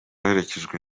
aherekejwe